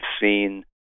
seen